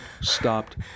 stopped